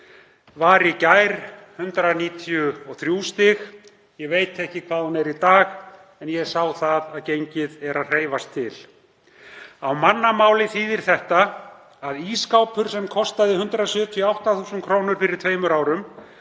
var í gær 193 stig. Ég veit ekki hvað hún er í dag en ég sá að gengið er að hreyfast til. Á mannamáli þýðir það að ísskápur sem kostaði 178.000 kr. fyrir tveimur árum